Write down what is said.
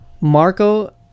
Marco